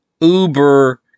uber-